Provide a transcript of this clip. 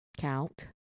Count